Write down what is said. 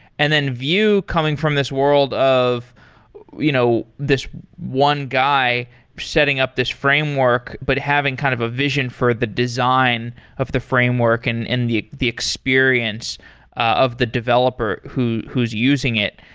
and then view coming from this world of you know this one guy setting up this framework, but having kind of a vision for the design of the framework and and the the experience of the developer who who is using it.